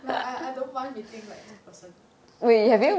but I I don't mind meeting like two person